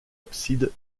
abside